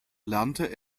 lernte